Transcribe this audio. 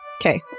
Okay